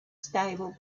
stable